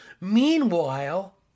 Meanwhile